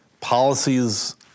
Policies